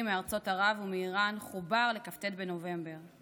מארצות ערב ומאיראן חובר לכ"ט בנובמבר,